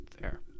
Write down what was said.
Fair